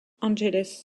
angeles